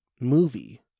movie